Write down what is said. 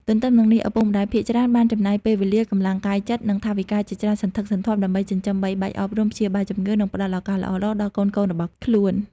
ទទ្ទឹមនឹងនេះ ឪពុកម្ដាយភាគច្រើនបានចំណាយពេលវេលា កម្លាំងកាយចិត្ត និងថវិកាជាច្រើនសន្ធឹកសន្ធាប់ ដើម្បីចិញ្ចឹមបីបាច់ អប់រំ ព្យាបាលជំងឺ និងផ្ដល់ឱកាសល្អៗដល់កូនៗរបស់ខ្លួន។